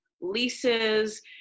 leases